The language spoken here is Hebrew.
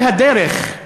על הדרך,